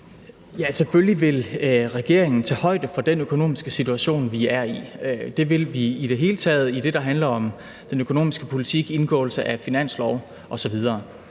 Selvfølgelig vil regeringen tage højde for den økonomiske situation, vi er i. Det vil vi i det hele taget i det, der handler om den økonomiske politik – indgåelse af finanslovsaftale